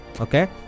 Okay